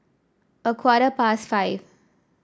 a quarter past five